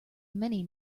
many